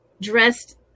dressed